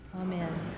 amen